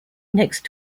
next